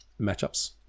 matchups